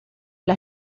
las